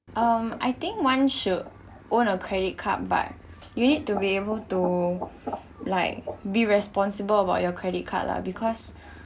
um I think one should own a credit card but you need to be able to like be responsible about your credit card lah because